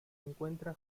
encuentra